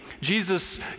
Jesus